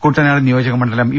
കുട്ടനാട് നിയോജക മണ്ഡലം യു